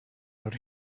out